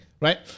right